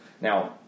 Now